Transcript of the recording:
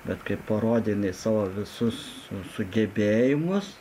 bet kai parodė jinai savo visus sugebėjimus